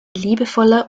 liebevoller